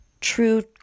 true